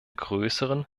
größeren